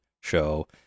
show